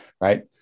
Right